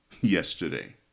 yesterday